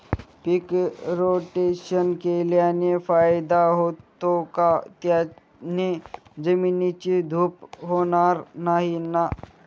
पीक rotation केल्याने फायदा होतो का? त्याने जमिनीची धूप होणार नाही ना?